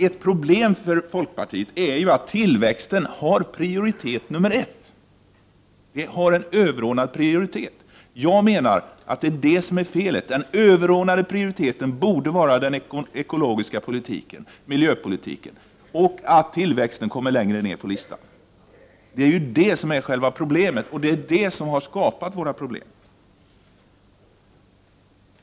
Ett problem för folkpartiet är ju att tillväxten har högsta prioritet, Bengt Westerberg. Tillväxten har en överordnad prioritet. Jag menar att det är det som är felet. Den överordnade prioriteten borde den ekologiska politiken ha, miljöpolitiken. Tillväxten borde komma längre ned på listan. Det är ju det som är problemet, och det är detta som har skapat våra problem.